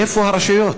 איפה הרשויות?